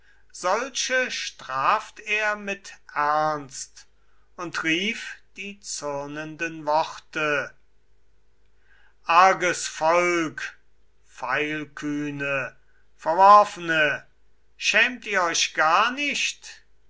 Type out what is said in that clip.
solche straft er mit ernst und rief die zürnenden worte arges volk pfeilkühne verworfene schämt ihr euch gar nicht